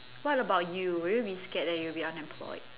what about you will you be scared that you'll be unemployed